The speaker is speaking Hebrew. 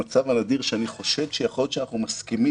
בסוף היו 22, ובתמורה הייתה חקיקה שמורידה ל-18.